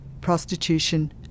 prostitution